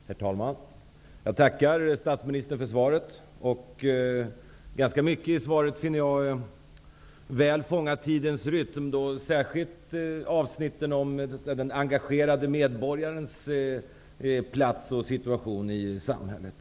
Herr talman! Jag tackar statsministern för svaret. Jag finner att ganska mycket i svaret väl fångar tidens rytm. Det gäller särskilt avsnitten om den engagerade medborgarens plats och situation i samhället.